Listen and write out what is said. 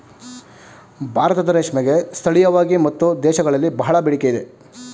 ಭಾರತದ ರೇಷ್ಮೆಗೆ ಸ್ಥಳೀಯವಾಗಿ ಮತ್ತು ದೇಶಗಳಲ್ಲಿ ಬಹಳ ಬೇಡಿಕೆ ಇದೆ